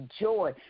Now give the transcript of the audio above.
joy